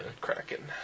cracking